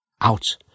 out